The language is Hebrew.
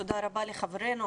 תודה רבה לחברנו,